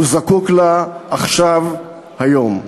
הוא זקוק לה עכשיו, היום.